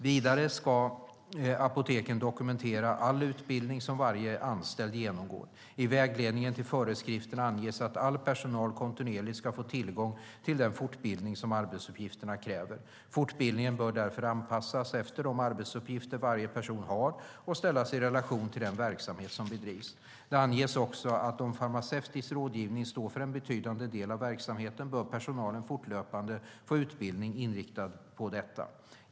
Vidare ska apoteken dokumentera all utbildning som varje anställd genomgår. I vägledningen till föreskrifterna anges att all personal kontinuerligt ska få tillgång till den fortbildning som arbetsuppgifterna kräver. Fortbildningen bör därför anpassas efter de arbetsuppgifter varje person har och ställas i relation till den verksamhet som bedrivs. Det anges också att om farmaceutisk rådgivning står för en betydande del av verksamheten bör personalen fortlöpande få utbildning inriktad på detta.